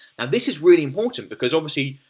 and this is really important because obviously,